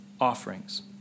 offerings